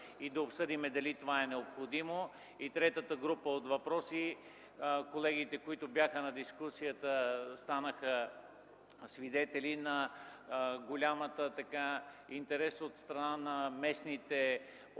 и да обсъдим дали това е необходимо; и третата група от въпроси – колегите, които бяха на дискусията, станаха свидетели на големия интерес от страна на местните оператори